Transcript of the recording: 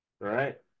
right